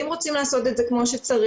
אם רוצים לעשות את זה כמו שצריך,